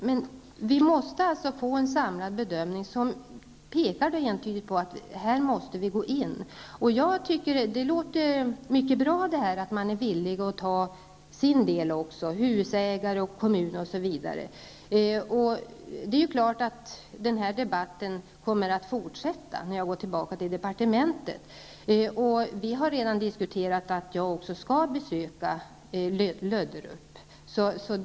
Men vi måste få en samlad bedömning som entydigt pekar på att staten måste gå in. Det låter mycket bra att husägare, kommun, osv. är villiga att ta sin del. Det är klart att denna debatt kommer att fortsätta när jag kommer tillbaka till departementet. På departementet har vi redan diskuterat att jag skall besöka Löderup.